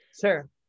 Sure